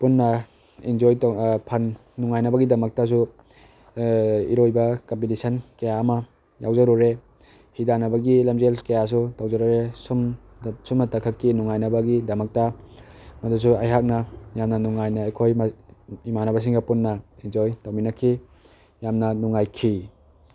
ꯄꯨꯟꯅ ꯑꯦꯟꯖꯣꯏ ꯇꯧ ꯐꯟ ꯅꯨꯉꯥꯏꯅꯕꯒꯤꯗꯃꯛꯇꯁꯨ ꯏꯔꯣꯏꯕ ꯀꯝꯄꯤꯇꯤꯁꯟ ꯀꯌꯥ ꯑꯃ ꯌꯥꯎꯖꯔꯨꯔꯦ ꯍꯤꯗꯥꯟꯅꯕꯒꯤ ꯂꯃꯖꯦꯜ ꯀꯌꯥꯁꯨ ꯇꯧꯖꯔꯨꯔꯦ ꯁꯨꯝ ꯁꯨꯝꯅꯇꯈꯛꯀꯤ ꯅꯨꯉꯥꯏꯅꯕꯒꯤꯗꯃꯛꯇ ꯃꯗꯨꯁꯨ ꯑꯩꯍꯥꯛꯅ ꯌꯥꯝꯅ ꯅꯨꯉꯥꯏꯅ ꯑꯩꯈꯣꯏ ꯏꯃꯥꯟꯅꯕꯁꯤꯡꯒ ꯄꯨꯟꯅ ꯑꯦꯟꯖꯣꯏ ꯇꯧꯃꯤꯟꯅꯈꯤ ꯌꯥꯝꯅ ꯅꯨꯉꯥꯏꯈꯤ